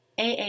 AA